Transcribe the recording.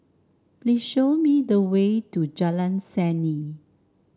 please show me the way to Jalan Seni